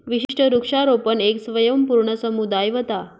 विशिष्ट वृक्षारोपण येक स्वयंपूर्ण समुदाय व्हता